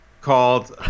Called